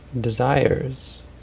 desires